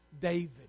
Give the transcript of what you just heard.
David